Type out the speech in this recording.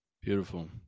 Beautiful